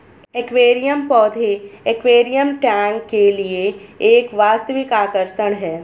aquarium पौधे aquarium tank के लिए एक वास्तविक आकर्षण है